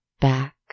back